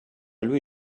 lui